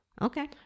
okay